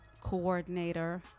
coordinator